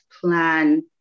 plan